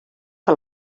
que